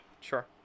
Sure